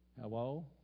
Hello